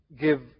give